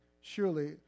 Surely